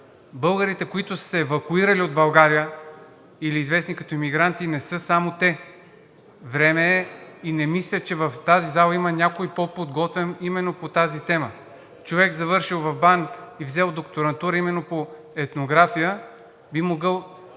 Българите, които са се евакуирали от България или известни като емигранти, не са само те. Време е и не мисля, че в тази зала има някой по-подготвен човек именно по тази тема, завършил в БАН и взел докторантури по етнография, който би могъл